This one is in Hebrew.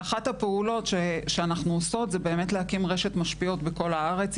אחת הפעולות שאנחנו עושות זה להקים רשת משפיעות בכל הארץ.